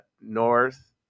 north